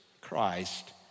Christ